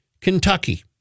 Kentucky